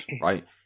right